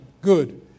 good